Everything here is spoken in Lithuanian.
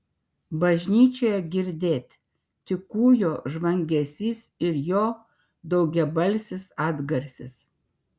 bažnyčioje girdėt tik kūjo žvangesys ir jo daugiabalsis atgarsis